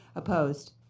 opposed.